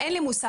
אין לי מושג.